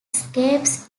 escapes